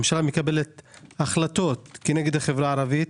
הממשלה מקבלת החלטות כנגד החברה הערבית.